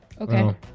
Okay